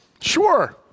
Sure